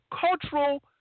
cultural